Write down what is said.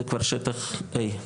זה כבר שטח A,